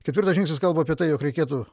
ketvirtas žingsnis kalba apie tai jog reikėtų